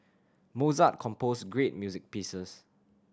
Mozart composed great music pieces